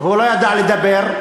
הוא לא ידע לדבר,